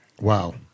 Wow